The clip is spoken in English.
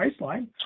Priceline